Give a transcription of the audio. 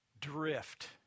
drift